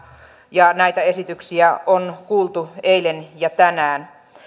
ja näitä esityksiä on kuultu eilen ja tänään